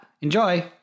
enjoy